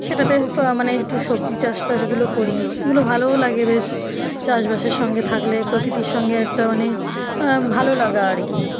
সেটাতে উফ মানে একটু সবজি চাষ টাসগুলো করি এগুলো ভালোও লাগে বেশ চাষবাসের সঙ্গে থাকলে প্রকৃতির সঙ্গে একটা মানে ভালো লাগা আর কি